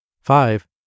Five